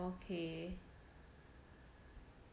orh okay